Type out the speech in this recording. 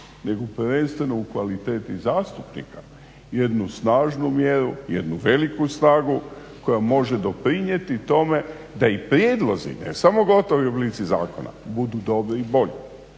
nego prvenstveno u kvaliteti zastupnika jednu snažnu mjeru, jednu veliku snagu koja može doprinijeti tome da i prijedlozi, ne samo gotovi oblici zakona budu dobri i bolji,